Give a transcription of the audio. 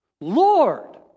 Lord